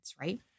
right